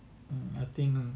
mm I think ah